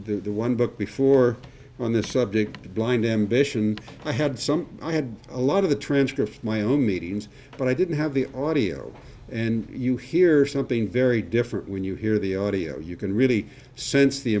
the one book before on this subject blind ambition i had something i had a lot of the transcript of my own meetings but i didn't have the audio and you hear something very different when you hear the audio you can really sense the